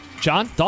John